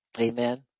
Amen